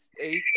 eight